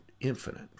infinite